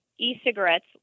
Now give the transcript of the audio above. e-cigarettes